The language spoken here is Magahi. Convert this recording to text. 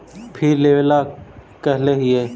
फिर लेवेला कहले हियै?